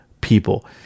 people